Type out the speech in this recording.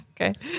Okay